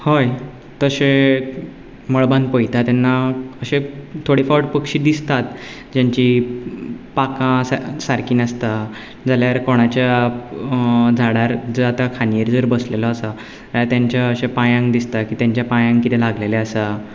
हय तशें मळबान पळयता तेन्ना अशे थोडे फावट पक्षी दिसतात जांंचीं पांखां सा सारकीं नासता जाल्यार कोणाच्या झाडार खांदयेर जर बसलेलो आसा जाल्या तांच्या अशा पांयांक दिसता की तांच्या पांयांक किदें लागलेलें आसा